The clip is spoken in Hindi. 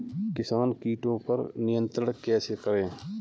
किसान कीटो पर नियंत्रण कैसे करें?